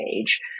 age